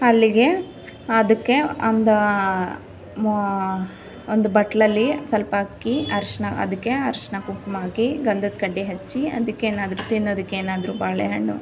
ಅಲ್ಲಿಗೆ ಅದಕ್ಕೆ ಒಂದು ಮೋ ಒಂದು ಬಟ್ಟಲಲ್ಲಿ ಸ್ವಲ್ಪ ಅಕ್ಕಿ ಅರ್ಶಿನ ಅದಕ್ಕೆ ಅರಶಿನ ಕುಂಕುಮ ಹಾಕಿ ಗಂಧದ ಕಡ್ಡಿ ಹಚ್ಚಿ ಅದಕ್ಕೆ ಏನಾದರೂ ತಿನ್ನೋದಕ್ಕೆ ಏನಾದರೂ ಬಾಳೆಹಣ್ಣು